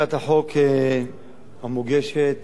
היושב-ראש, חברי הכנסת, אכן, הצעת החוק המוגשת